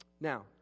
Now